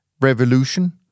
Revolution